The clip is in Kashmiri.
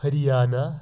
ۂریانہ